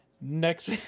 next